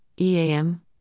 EAM